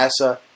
NASA